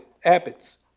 habits